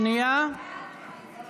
ההצעה להעביר